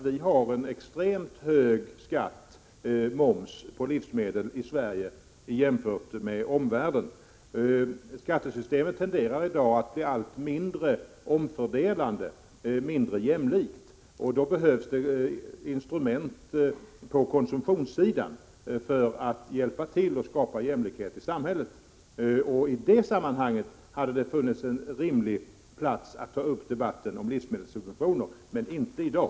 Vi har en extremt hög skatt på livsmedel - moms — jämfört med omvärlden. Skattesystemet tenderar i dag att bli allt mindre omfördelande, allt mindre jämlikt. Då behövs det instrument på konsumtionssidan för att hjälpa till och skapa jämlikhet i samhället. I det sammanhanget hade det varit på sin plats att ta upp debatten om livsmedelssubventionerna men inte i dag.